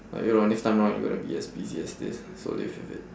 uh you know next time round you gonna be as busy as this so live with it